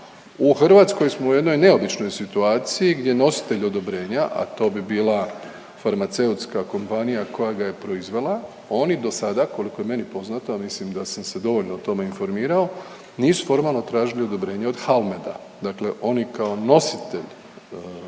u Hrvatskoj smo u jednoj neobičnoj situaciji gdje nositelj odobrenja, a to bi bila farmaceutska kompanija koja ga je proizvela oni dosada koliko je meni poznato, a mislim da sam se dovoljno o tome informirao nisu formalno tražili odobrenje od HALMED-a. Dakle, oni kao nositelj